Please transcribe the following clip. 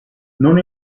non